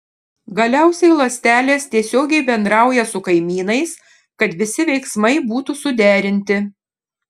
galiausiai ląstelės tiesiogiai bendrauja su kaimynais kad visi veiksmai būtų suderinti